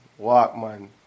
Walkman